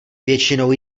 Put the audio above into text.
většinou